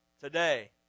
Today